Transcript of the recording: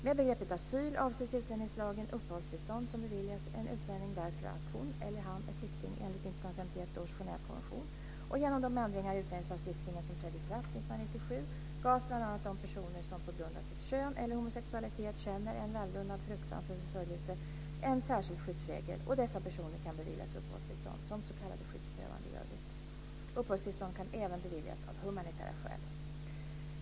Med begreppet asyl avses i utlänningslagen uppehållstillstånd som beviljas en utlänning därför att hon eller han är flykting enligt 1951 års Genèvekonvention. Genom de ändringar i utlänningslagstiftningen som trädde i kraft 1997 gavs bl.a. de personer som på grund av sitt kön eller homosexualitet känner en välgrundad fruktan för förföljelse en särskild skyddsregel, och dessa personer kan beviljas uppehållstillstånd som s.k. skyddsbehövande i övrigt. Uppehållstillstånd kan även beviljas av humanitära skäl.